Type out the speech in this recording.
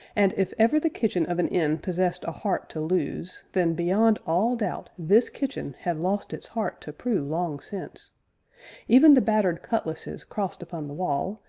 and, if ever the kitchen of an inn possessed a heart to lose, then, beyond all doubt, this kitchen had lost its heart to prue long since even the battered cutlasses crossed upon the wall,